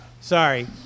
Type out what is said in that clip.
Sorry